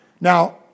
Now